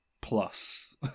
plus